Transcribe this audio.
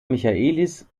michaelis